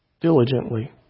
diligently